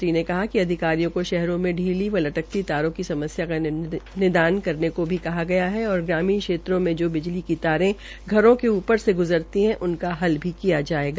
उन्होंने कहा कि अधिकारियों को शहरों में पीली व लटकती तारों की समस्या का निदान करने को भी कहा गया है और ग्रामीण क्षेत्रों में बिजली की तारे घरों के ऊपर से ग्ज़रती है उनका हल भी किया जायेगा